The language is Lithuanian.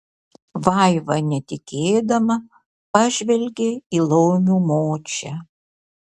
vaiva netikėdama pažvelgė į laumių močią